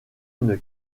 une